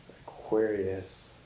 Aquarius